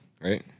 right